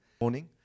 morning